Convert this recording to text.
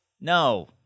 No